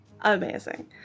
Amazing